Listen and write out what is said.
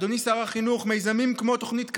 אדוני שר החינוך, מיזמים כמו תוכנית קרב,